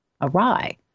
awry